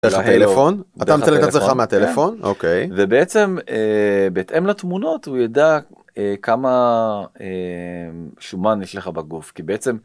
דרך הטלפון. אתה מצלם את עצמך מהטלפון. אוקיי. ובעצם בהתאם לתמונות הוא ידע כמה שומן יש לך בגוף, כי בעצם